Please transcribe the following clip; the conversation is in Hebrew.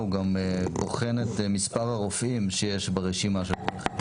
הוא גם בוחן את מספר הרופאים שיש ברשימה.